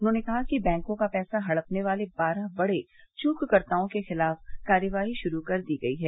उन्होंने कहा कि बैंको का पैसा हड़पने वाले बारह बड़े चूककर्ताओं के खिलाफ कार्रवाई शुरू कर दी है